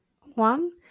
one